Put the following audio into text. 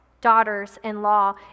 daughters-in-law